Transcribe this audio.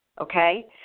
Okay